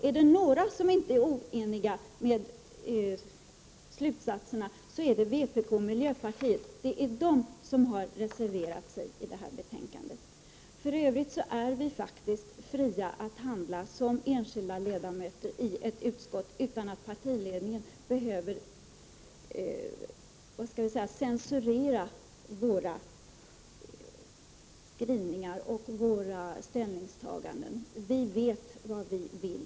Är det några som inte ställer sig bakom slutsatserna är det vpk och miljöpartiet, eftersom det är de som har reserverat sig i det här betänkandet. För övrigt är vi faktiskt som enskilda ledamöter i ett utskott fria att handla. Partiledningen behöver inte ”censurera” våra skrivningar och ställningstaganden. Vi vet vad vi vill.